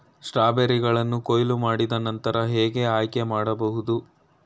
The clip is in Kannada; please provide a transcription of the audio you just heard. ಸ್ಟ್ರಾಬೆರಿಗಳನ್ನು ಕೊಯ್ಲು ಮಾಡಿದ ನಂತರ ಹೇಗೆ ಆಯ್ಕೆ ಮಾಡಬಹುದು?